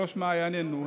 בראש מעיינינו,